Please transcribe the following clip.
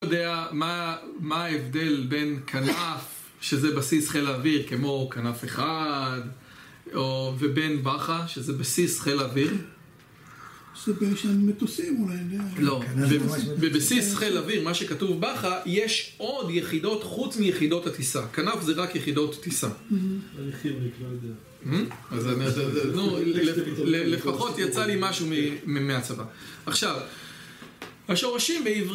אתה יודע מה ההבדל בין כנף שזה בסיס חיל האוויר כמו כנף אחד ובין בח"א שזה בסיס חיל האוויר? זה בעצם מטוסים אולי, אני לא יודע. לא. בבסיס חיל האוויר, מה שכתוב בח"א, יש עוד יחידות חוץ מיחידות הטיסה. כנף זה רק יחידות טיסה. לפחות יצא לי משהו מהצבא. עכשיו. השורשים בעברית